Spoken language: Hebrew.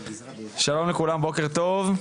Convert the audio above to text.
שלום לכולם, בוקר טוב,